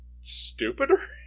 stupider